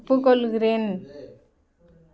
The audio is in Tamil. ஒப்புக்கொள்கிறேன்